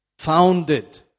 Founded